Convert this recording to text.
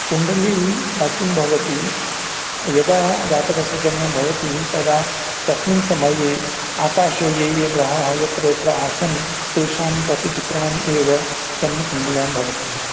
कुण्डली किं भवति यदा जातकस्य जन्म भवति तदा तस्मिन् समये आकाशे ये ये ग्रहाः यत्र यत्र आसन् तेषां प्रतिचित्रणम् एव जन्मकुण्डल्यां भवति